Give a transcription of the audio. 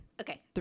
okay